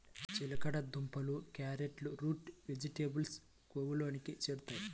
చిలకడ దుంపలు, క్యారెట్లు రూట్ వెజిటేబుల్స్ కోవలోకి చేరుతాయి